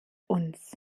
uns